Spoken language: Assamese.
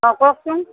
অঁ কওকচোন